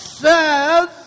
says